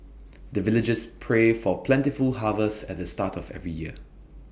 the villagers pray for plentiful harvest at the start of every year